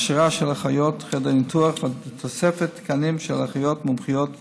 הכשרה של אחיות חדר ניתוח ותוספת תקנים של אחיות מומחיות בכירורגיה.